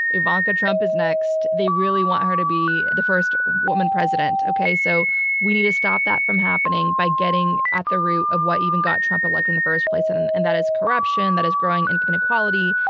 ivanka trump is next. they really want her to be the first woman president. okay? so we need to stop that from happening by getting at the root of what even got trump elected in the first place. and and and that is corruption. that is growing income inequality.